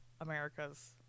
Americas